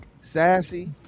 sassy